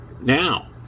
Now